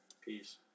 Peace